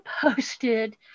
posted